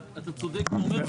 אתה צודק תומר,